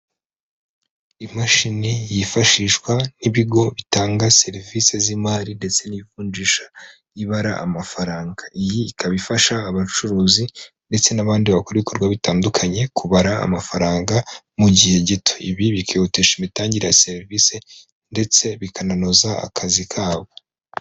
Imashini yifashishwa n'ibigo bitanga serivisi z'imari ndetse n'ivunjisha ibara amafaranga, iyi ikaba ifasha abacuruzi ndetse n'abandi bakora ibi bitandukanye kubara amafaranga mu gihe gito, ibi bikihutisha imitangire ya serivisi ndetse bikananoza akazi kabo.